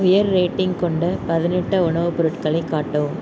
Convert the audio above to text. உயர் ரேட்டிங் கொண்ட பதனிட்ட உணவுப் பொருட்களை காட்டவும்